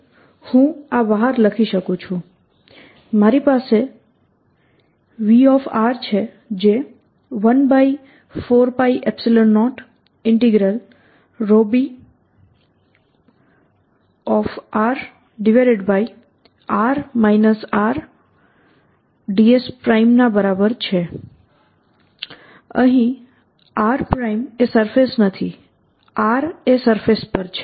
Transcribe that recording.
rPsinθcosϕ તેથી હું બહાર લખી શકું છું મારી પાસે V છે જે 14π0b r | r R | ds ના બરાબર છે અહીં r એ સરફેસ નથી R એ સરફેસ પર છે